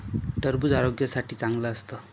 टरबूज आरोग्यासाठी चांगलं असतं